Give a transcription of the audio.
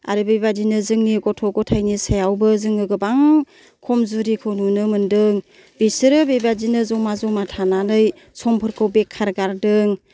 आरो बेबायदिनो जोंनि गथ' गथायनि सायावबो जोङो गोबां खम जुरिखौ नुनो मोनदों बिसोरो बेबायदिनो जमा जमा थानानै समफोरखौ बेखार गारदों